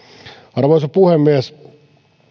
arvoisa puhemies